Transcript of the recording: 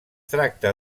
tracta